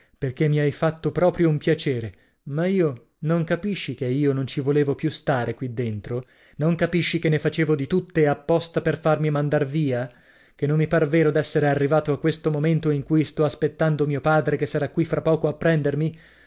perché mi hai fatto proprio un piacere ma io non capisci che io non ci volevo più stare qui dentro non capisci che ne facevo di tutte apposta per farmi mandar via che non mi par vero d'essere arrivato a questo momento in cui sto aspettando mio padre che sarà qui fra poco a prendermi